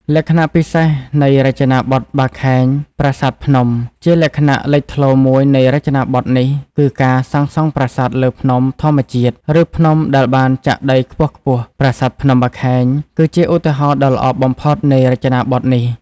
លក្ខណៈពិសេសនៃរចនាបថបាខែងប្រាសាទភ្នំ ជាលក្ខណៈលេចធ្លោមួយនៃរចនាបថនេះ គឺការសាងសង់ប្រាសាទលើ ភ្នំធម្មជាតិ ឬភ្នំដែលបានចាក់ដីខ្ពស់ៗ។ ប្រាសាទភ្នំបាខែង គឺជាឧទាហរណ៍ដ៏ល្អបំផុតនៃរចនាបថនេះ។